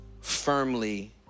firmly